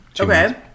Okay